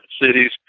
cities